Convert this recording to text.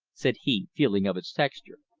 said he, feeling of its texture.